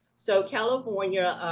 so california,